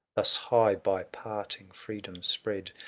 thus high by parting freedom spread.